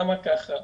למה ככה?